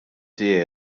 tiegħi